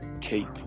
keep